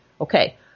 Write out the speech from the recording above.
okay